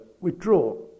withdraw